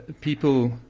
people